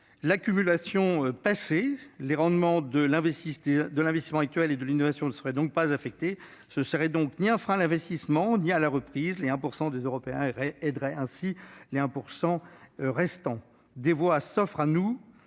l'accumulation passée ; les rendements de l'investissement actuel et de l'innovation ne seraient donc pas affectés. Il ne représenterait donc un frein ni à l'investissement ni à la reprise. Ce 1 % des Européens aiderait ainsi les 99 % restants ! Des voies s'offrent à nous